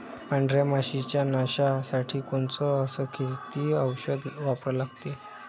पांढऱ्या माशी च्या नाशा साठी कोनचं अस किती औषध वापरा लागते?